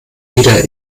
wieder